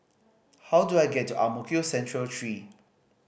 how do I get to Ang Mo Kio Central Three